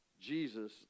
Jesus